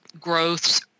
growths